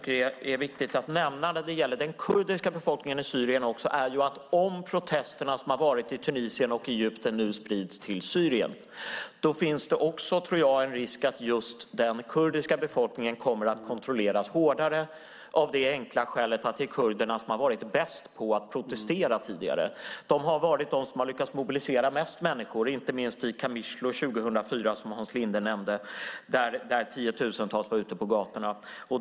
En annan viktig sak är att om protesterna sprids till Syrien finns det en risk att den kurdiska befolkningen kommer att kontrolleras hårdare eftersom kurderna har varit bäst på att protestera tidigare. De har lyckats mobilisera mest människor, inte minst i Kamishli 2004, som Hans Linde nämnde, där tiotusentals var ute på gatorna.